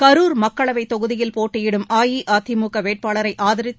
கரூர் மக்களவைத் தொகுதியில் போட்டியிடும் அஇஅதிமுக வேட்பாளரை ஆதித்து